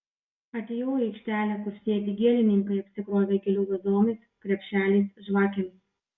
atėjau į aikštelę kur sėdi gėlininkai apsikrovę gėlių vazonais krepšeliais žvakėmis